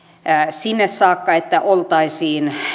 sinne saakka että oltaisiin